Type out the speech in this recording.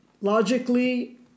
logically